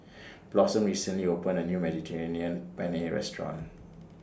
Blossom recently opened A New Mediterranean Penne Restaurant